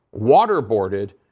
waterboarded